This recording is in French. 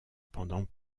pendant